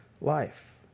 life